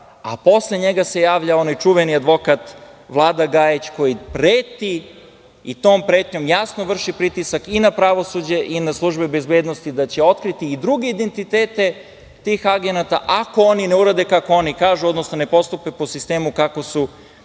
a posle njega se javlja onaj čuveni advokat, Vlada Gajić, koji preti i tom pretnjom jasno vrši pritisak i na pravosuđe i na službe bezbednosti da će otkriti i druge identitete tih agenata ako oni ne urade kako oni kažu, odnosno ne postupe po sistemu kako su